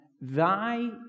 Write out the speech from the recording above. thy